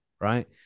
right